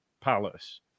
Palace